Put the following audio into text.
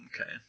Okay